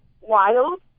Wild